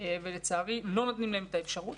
אך לצערי לא נותנים להם את האפשרות.